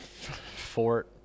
Fort